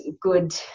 good